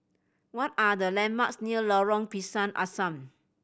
what are the landmarks near Lorong Pisang Asam